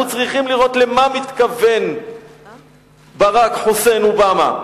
אנחנו צריכים לראות למה מתכוון ברק חוסיין אובמה,